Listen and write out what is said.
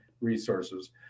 resources